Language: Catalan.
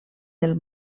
del